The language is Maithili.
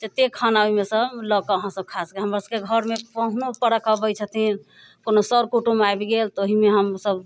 जते खाना अइमे सँ लऽ कऽ अहाँ सब खा सकै छी हमरा सबके घरमे पहुनो परक अबै छथिन कोनो सर कुटुम आइब गेल तऽ ओहिमे हमसब